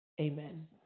Amen